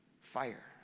Fire